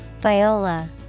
Viola